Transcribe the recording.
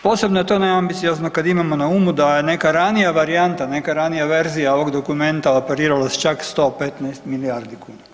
Posebno je to neambiciozno kad imamo na umu da je neka ranija varijanta, neka ranija verzija ovog dokumenta operirala s čak 115 milijardi kuna.